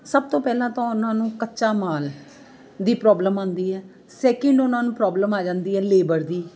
ਸਭ ਤੋਂ ਪਹਿਲਾਂ ਤਾਂ ਉਹਨਾਂ ਨੂੰ ਕੱਚਾ ਮਾਲ ਦੀ ਪ੍ਰੋਬਲਮ ਆਉਂਦੀ ਹੈ ਸੈਕਿੰਡ ਉਹਨਾਂ ਨੂੰ ਪ੍ਰੋਬਲਮ ਆ ਜਾਂਦੀ ਹੈ ਲੇਬਰ ਦੀ